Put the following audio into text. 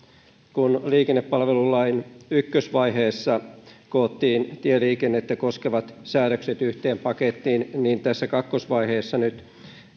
kun liikennepalvelulain ykkösvaiheessa koottiin tieliikennettä koskevat säädökset yhteen pakettiin niin tässä kakkosvaiheessa nyt